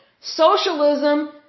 Socialism